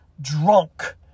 drunk